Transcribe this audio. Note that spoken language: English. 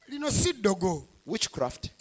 witchcraft